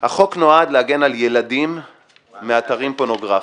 החוק נועד להגן על ילדים מאתרים פורנוגרפיים.